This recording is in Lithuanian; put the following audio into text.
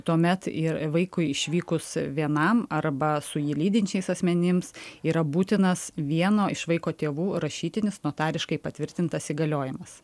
tuomet ir vaikui išvykus vienam arba su jį lydinčiais asmenims yra būtinas vieno iš vaiko tėvų rašytinis notariškai patvirtintas įgaliojimas